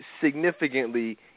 significantly